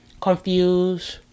confused